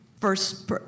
first